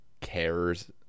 cares